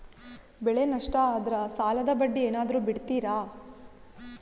ಬೆಳೆ ನಷ್ಟ ಆದ್ರ ಸಾಲದ ಬಡ್ಡಿ ಏನಾದ್ರು ಬಿಡ್ತಿರಾ?